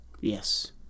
Yes